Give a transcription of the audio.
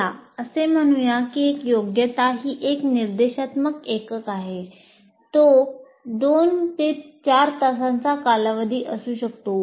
चला असे म्हणूया की एक योग्यता ही एक निर्देशात्मक एकक आहे तो 2 ते 4 तासांचा कालावधी असू शकतो